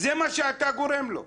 זה מה שאתה גורם לו.